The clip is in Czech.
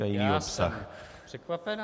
Já jsem překvapen.